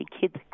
kids